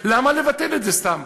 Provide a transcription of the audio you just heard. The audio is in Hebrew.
למה לבטל את זה סתם?